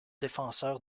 défenseur